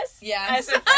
Yes